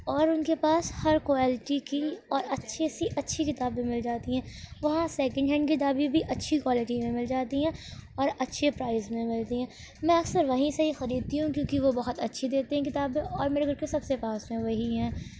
اور ان کے پاس ہر کوالٹی کی اور اچھی سی اچھی کتابیں مل جاتی ہیں وہاں سکینڈ ہینڈ کتابیں بھی اچھی کوالٹی میں مل جاتی ہیں اور اچھے پرائز میں ملتی ہیں میں اکثر وہیں سے ہی خریدتی ہوں کیونکہ وہ بہت اچھی دیتے ہیں کتابیں اور میرے گھر کے سب سے پاس میں وہی ہیں